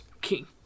King